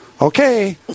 okay